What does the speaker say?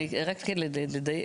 אני רק לדייק,